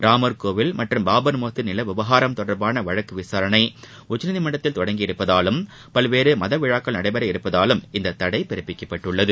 ராமர்கோவில் மற்றும் பாபர் மசூதி நில விவகாரம் தொடர்பான வழக்கு விசாரணை உச்சநீதிமன்றத்தில் தொடங்க இருப்பதாலும் பல்வேறு மத விழாக்கள் நடைபெற உள்ளதாலும் இந்த தடை பிறப்பிக்கப்பட்டிருக்கிறது